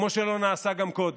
כמו שלא נעשה גם קודם.